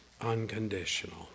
unconditional